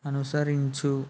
అనుసరించు